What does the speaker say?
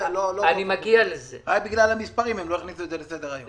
רק בגלל המספרים הם לא הכניסו את זה לסדר היום.